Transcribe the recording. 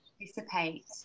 dissipate